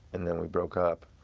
and then we broke up.